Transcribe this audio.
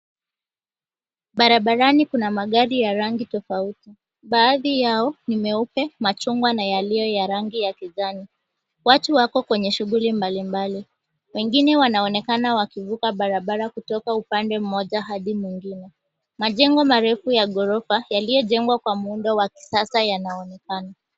Barabarani kuna magari ya rangi tofauti. Baadhi yao, ni meupe, machungwa na yaliyo ya rangi kijani. Watu wako kwenye shughuli mbalimbali. Wengine wanaonekana kuvuka barabara kutoka upande mmoja hadi mwingine. Majengo marefu ya ghorofa, yaliyojengwa kwa muundo wa kisasa yanaonekana.